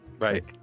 Right